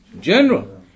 general